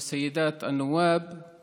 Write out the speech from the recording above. רבותיי וגבירותיי חברי הכנסת,